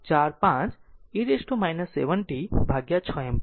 645 e t 7 t ભાગ્યા 6 ampere જે t 0